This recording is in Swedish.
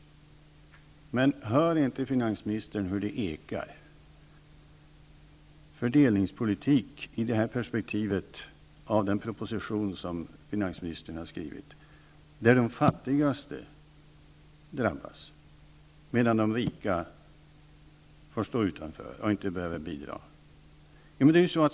Men hör inte finansministern hur det ekar? Att tala om fördelningspolitik i perspektiv av den proposition som finansministern har skrivit, där de fattigaste drabbas, medan de rika inte behöver bidra!